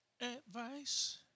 Advice